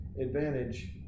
Advantage